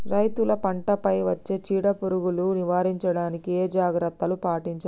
రైతులు పంట పై వచ్చే చీడ పురుగులు నివారించడానికి ఏ జాగ్రత్తలు పాటించాలి?